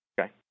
Okay